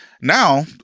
Now